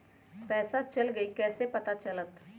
पैसा चल गयी कैसे पता चलत?